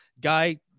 Guy